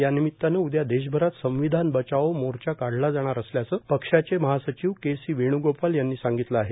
या निमितानं उद्या देशभरात संविधान बचाओ मोर्चा काढला जाणार असल्याचं पक्षाचे महासचिव के सी वेणुगोपाल यांनी सांगितलं आहे